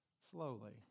slowly